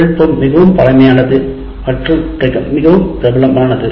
தொழில்நுட்பம் மிகவும் பழமையானது மற்றும் மிகவும் பிரபலமானது